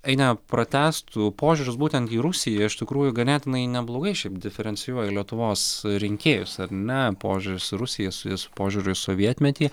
ainė pratęstų požiūris būtent į rusiją iš tikrųjų ganėtinai neblogai šiaip diferencijuoja lietuvos rinkėjus ar ne požiūris į rusiją susijęs su požiūriu į sovietmetį